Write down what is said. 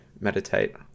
meditate